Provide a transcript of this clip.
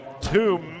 Two